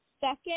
Second